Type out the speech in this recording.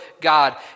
God